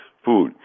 Food